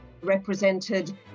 represented